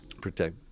protect